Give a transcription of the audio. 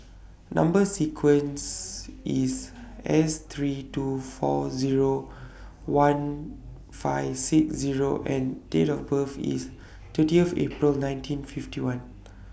Number sequence IS S three two four Zero one five six Zero and Date of birth IS thirtieth April nineteen fifty one